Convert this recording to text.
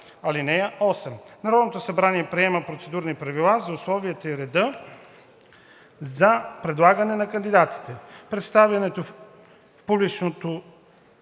(8) Народното събрание приема процедурни правила за условията и реда за предлагане на кандидатите, представянето и публичното